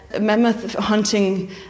mammoth-hunting